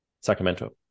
Sacramento